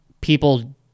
people